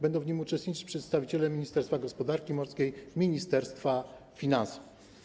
Będą w nim uczestniczyć przedstawiciele ministerstwa gospodarki morskiej, Ministerstwa Finansów.